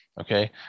Okay